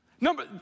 Number